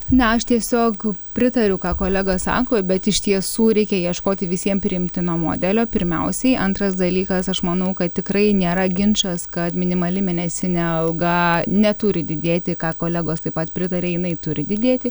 na aš tiesiog pritariu ką kolega sako bet iš tiesų reikia ieškoti visiem priimtino modelio pirmiausiai antras dalykas aš manau kad tikrai nėra ginčas kad minimali mėnesinė alga neturi didėti ką kolegos taip pat pritarė jinai turi didėti